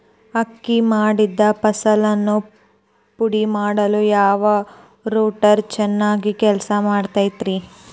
ಅಕ್ಕಿ ಮಾಡಿದ ಫಸಲನ್ನು ಪುಡಿಮಾಡಲು ಯಾವ ರೂಟರ್ ಚೆನ್ನಾಗಿ ಕೆಲಸ ಮಾಡತೈತ್ರಿ?